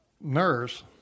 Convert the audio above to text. nurse